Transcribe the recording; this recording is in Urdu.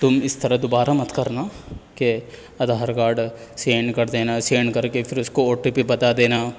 تم اس طرح دوبارہ مت کرنا کہ آدھار کاڈ سینڈ کر دینا سینڈ کر کے پھر اس کو او ٹی پی بتا دینا